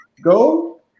go